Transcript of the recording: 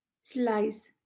Slice